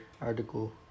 article